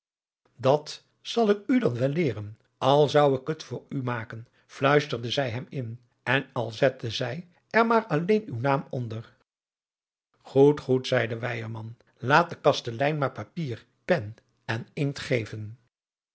dat zal ik u dan wel leeren al zou ik het voor u maken luisterde zij hem in en al zette gij er maar alleen uw naam onder goed goed zeide weyerman laat de kastelein maar papier pen en inkt